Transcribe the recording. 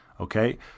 okay